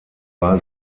war